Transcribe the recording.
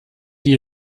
die